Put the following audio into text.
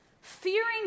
fearing